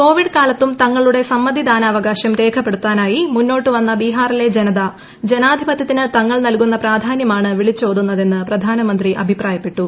Covid കാലത്തും തങ്ങളുടെ സമ്മതിദാനാവകാശം രേഖപ്പെടുത്താനായി മുന്നോട്ടുവന്ന ബീഹാറിലെ ജനത ജനാധിപത്യത്തിന് തങ്ങൾ നൽകുന്ന പ്രാധാന്യമാണ് വിളിച്ചോതുന്നതെന്ന് പ്രധാനമന്ത്രി അഭിപ്രായപ്പെട്ടു